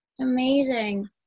Amazing